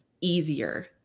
easier